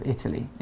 Italy